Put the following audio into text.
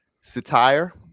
satire